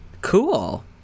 Cool